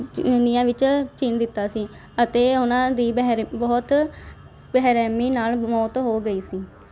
ਚ ਨੀਹਾਂ ਵਿੱਚ ਚਿਣ ਦਿੱਤਾ ਸੀ ਅਤੇ ਉਹਨਾਂ ਦੀ ਬਹਿਰ ਬਹੁਤ ਬੇਰਹਿਮੀ ਨਾਲ ਮੌਤ ਹੋ ਗਈ ਸੀ